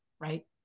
right